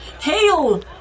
Hail